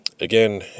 Again